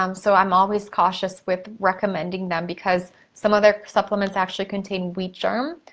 um so i'm always cautious with recommending them because some of their supplements actually contain wheat germ,